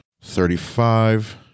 thirty-five